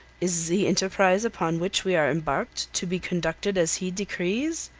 is the enterprise upon which we are embarked to be conducted as he decrees?